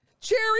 Cherry